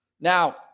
Now